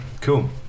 cool